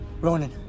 Ronan